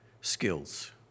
skills